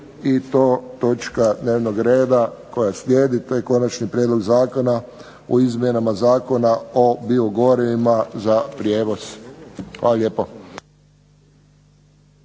i to točka dnevnog reda koja slijedi, to je Konačni prijedlog Zakona o izmjenama Zakona o biogorivima za prijevoz. Hvala lijepo.